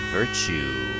virtue